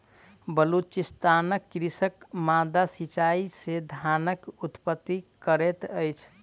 बलुचिस्तानक कृषक माद्दा सिचाई से धानक उत्पत्ति करैत अछि